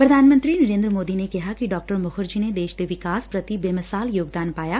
ਪ੍ਰਧਾਨ ਮੰਤਰੀ ਨਰੇਂਦਰ ਮੋਦੀ ਨੇ ਕਿਹਾ ਕਿ ਡਾ ਮੁਖਰਜੀ ਨੇ ਦੇਸ਼ ਦੇ ਵਿਕਾਸ ਪ੍ਰਤੀ ਬੇਮਿਸਾਲ ਯੋਗਦਾਨ ਪਾਇਆ